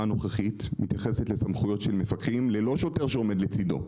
הנוכחית מתייחסת לסמכויות של מפקחים ללא שוטר שעומד לצדו.